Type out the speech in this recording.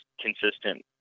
consistent